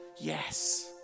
yes